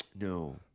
No